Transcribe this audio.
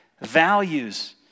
values